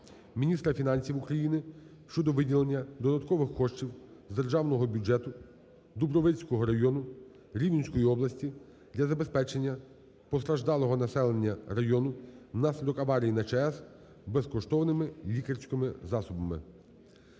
міністра фінансів України щодо виділення додаткових коштів з державного бюджету Дубровицькому району Рівненської області для забезпечення постраждалого населення району внаслідок аварії на ЧАЕС безкоштовними лікарськими засобами.